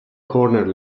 corner